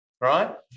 Right